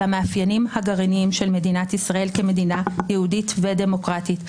המאפיינים הגרעיניים של מדינת ישראל כמדינה יהודית ודמוקרטית,